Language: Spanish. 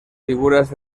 figuras